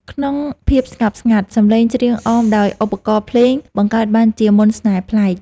ក្នុងភាពស្ងប់ស្ងាត់ សំឡេងច្រៀងអមដោយឧបករណ៍ភ្លេងបង្កើតបានជាមន្តស្នេហ៍ប្លែក។